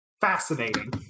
fascinating